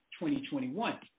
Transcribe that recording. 2021